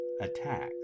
attacks